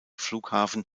flughafen